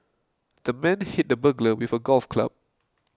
the man hit the burglar with a golf club